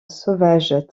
sauvage